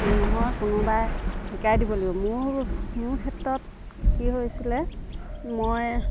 কোনো নহয় কোনোবাই শিকাই দিব লাগিব মোৰ মোৰ ক্ষেত্ৰত কি হৈছিলে মই